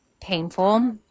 painful